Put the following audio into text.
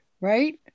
right